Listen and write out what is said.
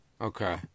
okay